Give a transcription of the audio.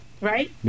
Right